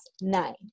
nine